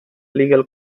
legal